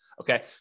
Okay